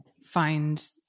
find